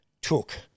took